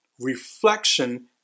Reflection